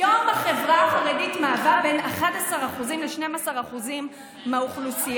היום החברה החרדית מהווה בין 11% ל-12% מהאוכלוסייה.